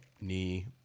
Knee